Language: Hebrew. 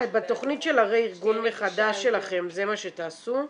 -- בתכנית של הרה-ארגון מחדש שלכם זה מה שתעשו?